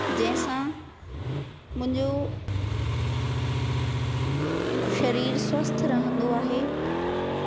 जंहिंसां मुंहिंजो शरीरु स्वस्थ रहंदो आहे